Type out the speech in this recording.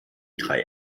drei